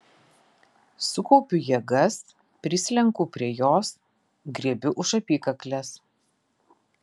sukaupiu jėgas prislenku prie jos griebiu už apykaklės